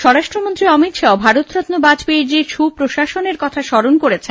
স্বরাষ্ট্র মন্ত্রী অমিত শাহ ও ভারত রত্ন বাজপেয়িজীর সু প্রশাসনের কথা স্মরন করেন